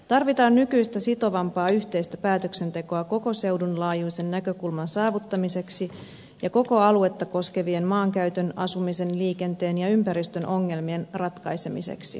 tarvitaan nykyistä sitovampaa yhteistä päätöksentekoa koko seudun laajuisen näkökulman saavuttamiseksi ja koko aluetta koskevien maankäytön asumisen liikenteen ja ympäristön ongelmien ratkaisemiseksi